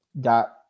dot